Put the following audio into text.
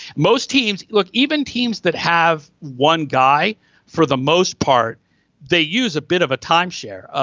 most teams look even teams that have one guy for the most part they use a bit of a timeshare. ah